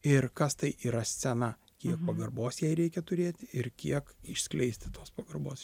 ir kas tai yra scena kiek pagarbos jai reikia turėti ir kiek išskleisti tos pagarbos